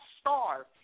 starve